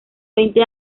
veinte